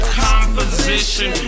composition